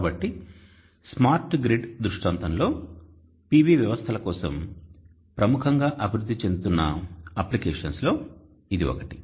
కాబట్టి smart grid విషయంలో PV వ్యవస్థల కోసం ప్రముఖంగా అభివృద్ధి చెందుతున్న అప్లికేషన్స్ లో ఇది ఒకటి